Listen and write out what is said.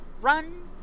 run